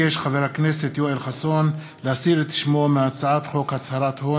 חבר הכנסת יואל חסון ביקש להסיר את שמו מהצעת חוק הצהרת הון